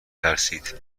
ترسید